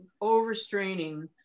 overstraining